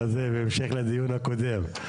זה בהמשך לדיון הקודם.